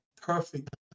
perfect